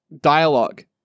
dialogue